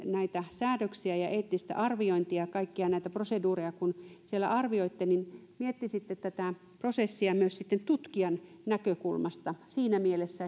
näitä säädöksiä ja eettistä arviointia kaikkia näitä proseduureja siellä arvioitte niin miettisitte tätä prosessia myös tutkijan näkökulmasta siinä mielessä